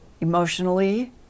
emotionally